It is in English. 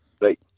right